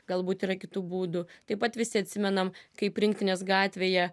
galbūt yra kitų būdų taip pat visi atsimenam kaip rinktinės gatvėje